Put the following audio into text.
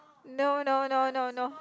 no no no no no